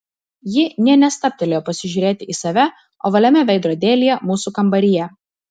ji nė nestabtelėjo pasižiūrėti į save ovaliame veidrodėlyje mūsų kambaryje